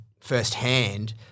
firsthand